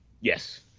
Yes